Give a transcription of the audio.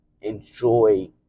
enjoy